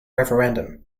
referendum